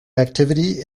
activity